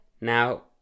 now